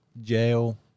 jail